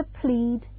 plead